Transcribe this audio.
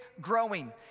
growing